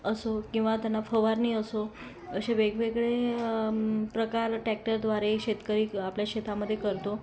असो किंवा त्यांना फवारणी असो असे वेगवेगळे प्रकार टॅक्टरद्वारे शेतकरी आपल्या शेतामध्ये करतो